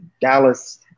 Dallas